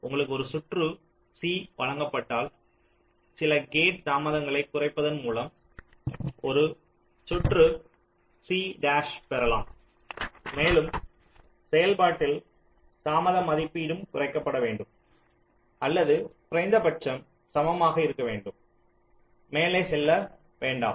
உங்களுக்கு ஒரு சுற்று C வழங்கப்பட்டால் சில கேட் தாமதங்களைக் குறைப்பதன் மூலம் ஒரு சுற்று C டாஷைப் பெறலாம் மேலும் செயல்பாட்டில் தாமத மதிப்பீடும் குறைக்கப்பட வேண்டும் அல்லது குறைந்தபட்சம் சமமாக இருக்க வேண்டும் மேலே செல்ல வேண்டாம்